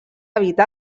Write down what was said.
habita